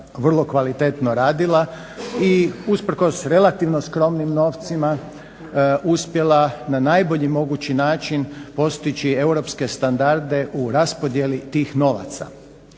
vrlo kvalitetno radila i usprkos relativno skromnim novcima uspjela na najbolji mogući način postići europske standarde u raspodjeli tih novaca.